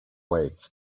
ways